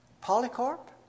Polycarp